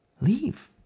Leave